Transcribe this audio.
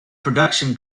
production